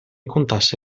contasse